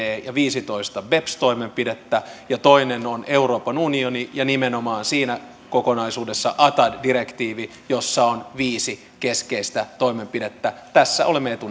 ja viisitoista beps toimenpidettä ja toinen on euroopan unioni ja nimenomaan siinä kokonaisuudessa atad direktiivi jossa on viisi keskeistä toimenpidettä tässä olemme